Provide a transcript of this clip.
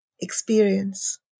experience